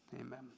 Amen